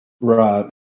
right